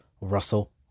Russell